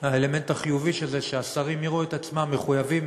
האלמנט החיובי של זה הוא שהשרים יראו את עצמם מחויבים